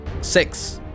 six